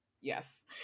Yes